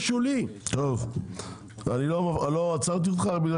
אני לא מבין.